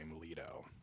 Lido